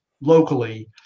locally